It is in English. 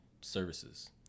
services